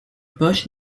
poche